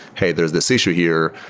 hey, there is this issue here.